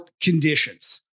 conditions